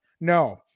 No